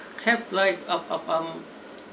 have like um um um